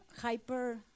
hyper